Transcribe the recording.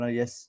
yes